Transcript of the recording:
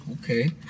Okay